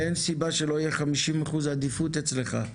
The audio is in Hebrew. אין סיבה שלא יהיה להם 50% עדיפות אצלך.